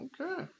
Okay